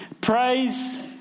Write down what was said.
Praise